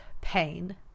pain